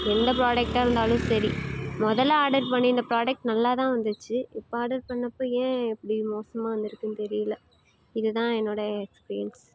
எந்த ப்ராடக்ட்டாக இருந்தாலும் சரி முதல்ல ஆர்டர் பண்ணியிருந்த ப்ராடக்ட் நல்லா தான் வந்துச்சு இப்போது ஆர்டர் பண்ணிணப்போ ஏன் இப்படி மோசமாக வந்திருக்குனு தெரியலை இது தான் என்னுடைய எக்ஸ்பீரியன்ஸ்